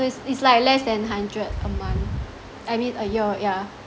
it's like less than hundred a month I mean a year yeah